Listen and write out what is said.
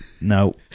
No